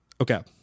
Okay